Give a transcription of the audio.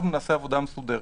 אנחנו נעשה עבודה מסודרת,